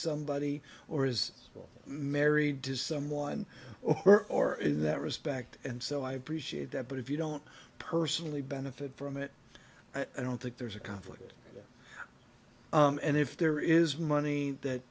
somebody or is married to someone or in that respect and so i appreciate that but if you don't personally benefit from it i don't think there's a conflict and if there is money that